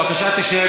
בבקשה תשב.